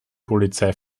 polizei